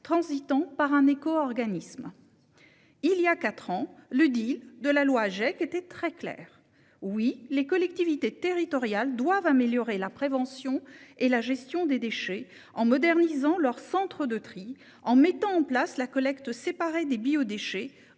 transitant par un éco-organisme. Il y a quatre ans, le de la loi Agec était très clair. Oui, les collectivités territoriales doivent améliorer la prévention et la gestion des déchets, en modernisant leurs centres de tri, en mettant en place la collecte séparée des biodéchets